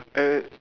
eh